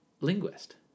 linguist